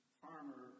farmer